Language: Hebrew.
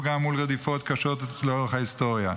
גם מול רדיפות קשות לאורך ההיסטוריה.